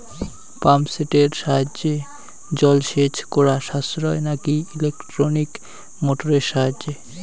Pump সেটের সাহায্যে জলসেচ করা সাশ্রয় নাকি ইলেকট্রনিক মোটরের সাহায্যে?